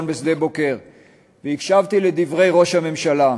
בשדה-בוקר והקשבתי לדברי ראש הממשלה.